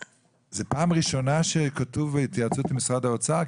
זו פעם ראשונה שכתוב בהתייעצות עם שר האוצר?